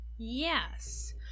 Yes